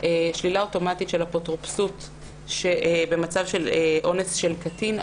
שלילה אוטומטית של אפוטרופסות במצב של אונס של קטין,